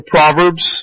Proverbs